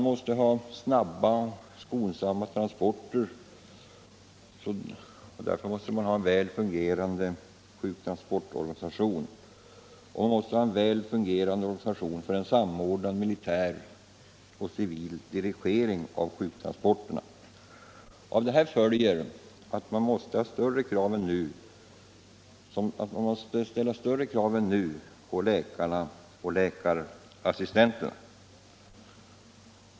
Det erfordras snabba och skonsamma transporter, och därför måste man ha en väl fungerande sjuktransportorganisation och en väl fungerande organisation för en samordnad militär och civil dirigering av sjuktransporterna. Av det här följer att man måste ställa större krav än nu på läkarna och läkarassistenterna.